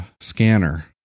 scanner